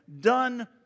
done